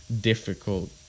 difficult